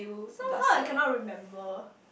so how I cannot remember